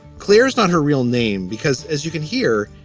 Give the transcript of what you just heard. clearly not her real name because as you can hear,